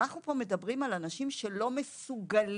אנחנו פה מדברים על אנשים שלא מסוגלים